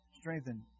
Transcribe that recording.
Strengthen